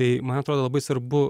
tai man atrodo labai svarbu